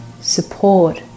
support